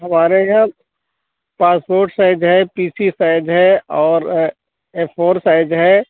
हमारे यहाँ passport size है पी सी साइज है और ए फोर साइज है